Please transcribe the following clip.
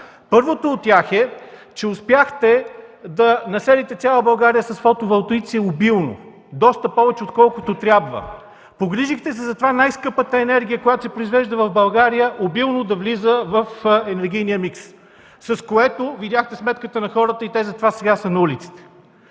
Първото от тях е, че успяхте да населите цяла България с фотоволтаици обилно, доста повече отколкото трябва. Погрижихте се за това най-скъпата енергия, която се произвежда в България, обилно да влиза в енергийния микс, с което видяхте сметката на хората и те за това сега са на улицата.